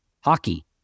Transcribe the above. hockey